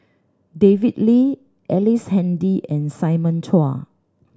David Lee Ellice Handy and Simon Chua